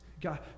God